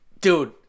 Dude